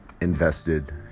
invested